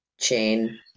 chain